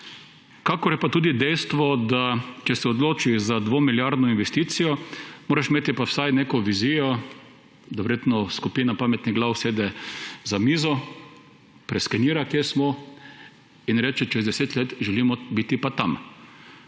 kakor je pa tudi dejstvo, če se odločiš za dvemilijardno investicijo, moraš imeti pa vsaj neko vizijo, da se verjetno skupina pametnih glav usede za mizo, preskenira, kje smo, in reče – čez deset let želimo biti pa tam.